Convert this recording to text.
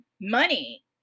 money